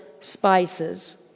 spices